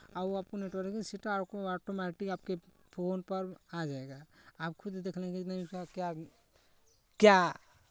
और आपको networking system आपको ऑटोमैटिक आपके फोन पर आ जाएगा आप खुद देख लेंगे क्या क्या